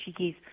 Cheekies